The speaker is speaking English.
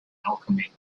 alchemy